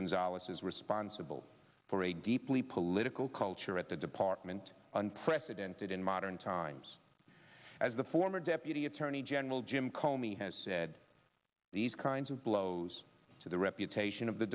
gonzales is responsible for a deeply political culture at the department unprecedented in modern times as the former deputy attorney general jim comi has said these kinds of blows to the reputation of the